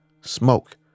smoke